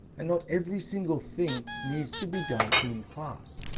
and not every single thing needs to be done in class.